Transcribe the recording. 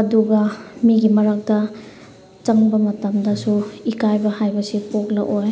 ꯑꯗꯨꯒ ꯃꯤꯒꯤ ꯃꯔꯛꯇ ꯆꯪꯕ ꯃꯇꯝꯗꯁꯨ ꯏꯀꯥꯏꯕ ꯍꯥꯏꯕꯁꯤ ꯄꯣꯛꯂꯛꯑꯣꯏ